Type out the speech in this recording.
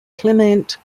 clement